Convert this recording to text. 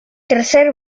tercer